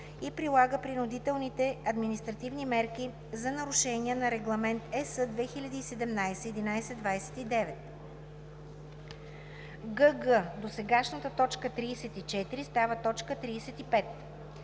прилага принудителните административни мерки за нарушения на Регламент (ЕС) 2017/1129;“ гг) досегашната т. 34 става т. 35;